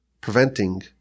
preventing